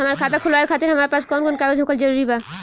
हमार खाता खोलवावे खातिर हमरा पास कऊन कऊन कागज होखल जरूरी बा?